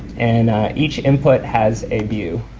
and each input has a view